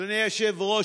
אדוני היושב-ראש,